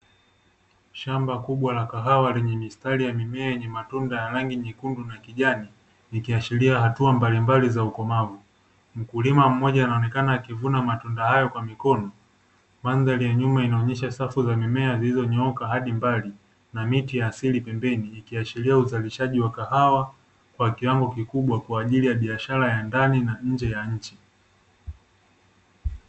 Shamba kubwa la kahawa lenye mistari ya mimea yenye matunda ya rangi nyekundu na kijani ikiashiria hatua mbalimbali za ukomavu. Mkulima mmoja anaonekana akivuna matunda hayo kwa mkono, mandhari ya nyuma inaonyesha safu za mimea zilizonyooka hadi mbali na miti ya asili pembeni ikiashiria uzalishaji wa kahawa kwa kiwango kikubwa kwa ajili ya biashara ya ndani na nje ya nchi.